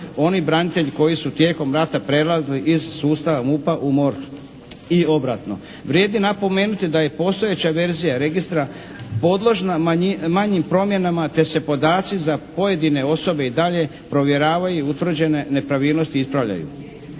Oni branitelji koji su tijekom rata prelazili iz sustava MUP-a u MORH i obratno. Vrijedi napomenuti da je postojeća verzija registra podložna manjim promjenama, te se podaci za pojedine osobe i dalje provjeravaju i utvrđene nepravilnosti ispravljaju.